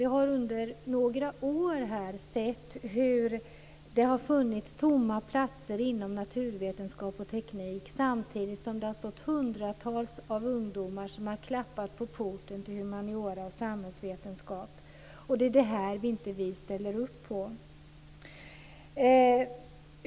Vi har under några år sett hur det har funnits tomma platser inom naturvetenskap och teknik, samtidigt som det har stått hundratals ungdomar och klappat på porten till humaniora och samhällsvetenskap. Det är detta vi inte ställer upp på.